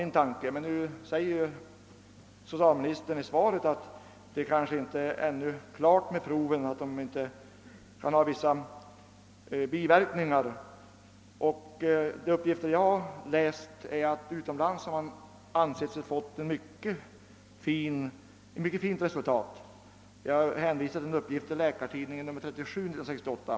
Nu säger socialministern i sitt svar att proven kanske ännu inte blivit slutförda och att vissa biverkningar visat sig. Enligt de uppgifter jag fått ur Läkartidningen nr 37 år 1968 anser man sig dock utomlands ha nått mycket fina resultat.